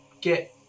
Get